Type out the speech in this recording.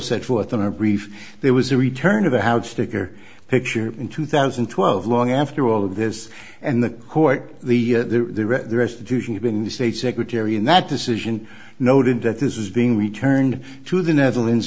set forth in our brief there was a return of the house sticker picture in two thousand and twelve long after all of this and the court the restitution of being the state secretary and that decision noted that this was being returned to the netherlands